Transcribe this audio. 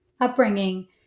upbringing